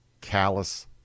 callous